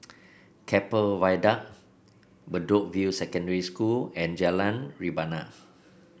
Keppel Viaduct Bedok View Secondary School and Jalan Rebana